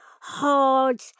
hard